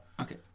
Okay